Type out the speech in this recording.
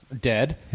Dead